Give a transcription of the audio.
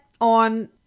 on